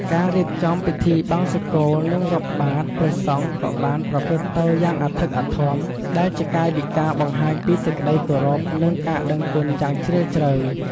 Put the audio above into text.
ការរៀបចំពិធីបង្សុកូល និងរាប់បាត្រព្រះសង្ឃក៏បានប្រព្រឹត្តទៅយ៉ាងអធិកអធម ដែលជាកាយវិការបង្ហាញពីសេចក្តីគោរព និងការដឹងគុណយ៉ាងជ្រាលជ្រៅ។